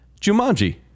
Jumanji